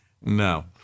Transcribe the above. No